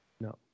No